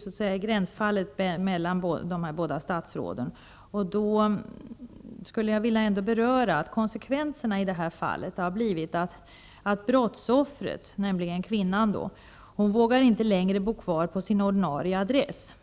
så att säga gränsar till båda statsrådens ansvarsområden. Jag skulle därför vilja påpeka att konsekvenserna i detta fall har blivit att brottsoffret, nämligen kvinnan, inte längre vågar bo kvar på sin ordinarie adress.